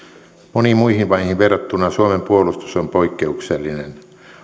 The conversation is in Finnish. moniin muihin maihin verrattuna suomen puolustus on poikkeuksellinen